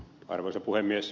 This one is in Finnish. arvoisa puhemies